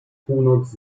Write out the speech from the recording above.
północ